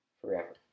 forever